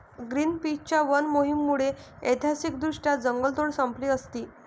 ग्रीनपीसच्या वन मोहिमेमुळे ऐतिहासिकदृष्ट्या जंगलतोड संपली असती